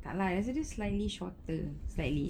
tak lah I just slightly shorter slightly